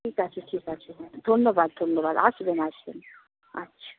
ঠিক আছে ঠিক আছে হ্যাঁ ধন্যবাদ ধন্যবাদ আসবেন আসবেন আচ্ছা